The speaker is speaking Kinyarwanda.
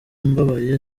mbabaye